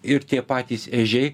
ir tie patys ežiai